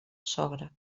sogra